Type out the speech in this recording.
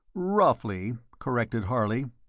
roughly, corrected harley.